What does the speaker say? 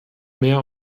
mehr